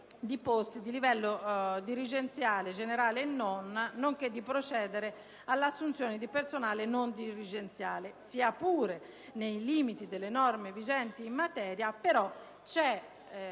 di posti di livello dirigenziale generale e non, nonché procedere all'assunzione di personale non dirigenziale, sia pure nei limiti delle norme vigenti in materia. A